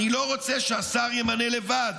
אני לא רוצה שהשר ימנה לבד,